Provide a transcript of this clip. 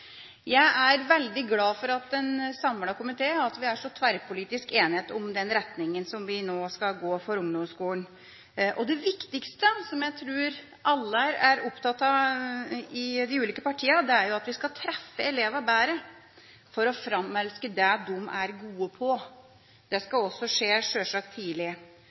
glad for at det er en samlet komité og tverrpolitisk enighet om retningen for ungdomsskolen. Det viktigste, som jeg tror alle i de ulike partiene er opptatt av, er at vi skal treffe elevene bedre for å framelske det de er gode på. Det skal sjølsagt også skje tidlig.